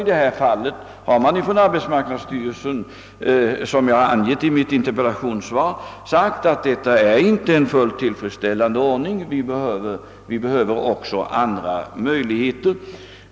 I detta fall har arbetsmarknadsstyrelsen, såsom jag angivit i mitt interpellationssvar, sagt att vad som här skett inte är en fullt tillfredsställande ordning utan att vi behöver även andra möjligheter.